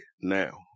now